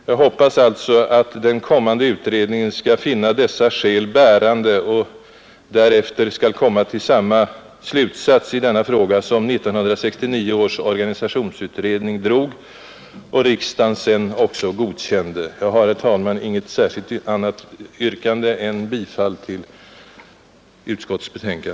Jag hoppas alltså att den kommande utredningen skall finna dessa skäl bärande och därefter skall komma till samma slutsats i denna fråga som 1969 års organisationsutredning drog och riksdagen sedan också godkände. Jag har, herr talman, inget annat yrkande än om bifall till utskottets hemställan.